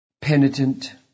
penitent